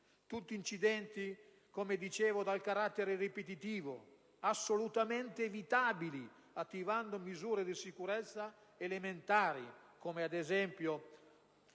Tutti incidenti, come dicevo, dal carattere ripetitivo, assolutamente evitabili attivando misure di sicurezza elementari, come, ad esempio, le